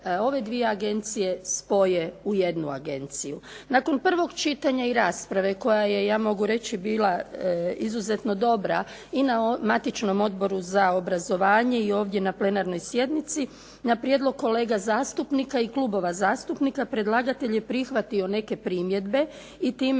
ove dvije Agencije spoje u jednu Agenciju. Nakon prvog čitanja i rasprave koja je ja mogu reći bila izuzetno dobra i na matičnom Odboru za obrazovanje i na plenarnoj sjednici, na prijedlog kolega zastupnika i klubova zastupnika predlagatelj je prihvatio neke primjedbe i